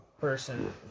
person